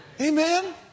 Amen